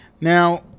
Now